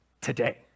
today